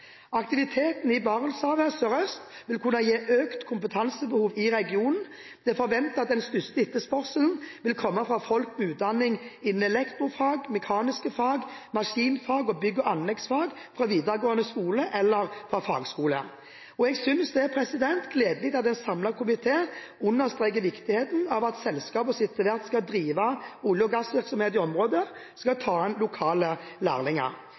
i Barentshavet sørøst vil kunne gi økt kompetansebehov i regionen. Det er forventet at den største etterspørselen vil komme for folk med utdanning innenfor elektrofag, mekaniske fag, maskinfag og bygg- og anleggsfag fra videregående skole eller fra fagskole. Jeg synes det er gledelig at en samlet komité understreker viktigheten av at selskapene som etter hvert skal drive olje- og gassvirksomhet i området, tar inn lokale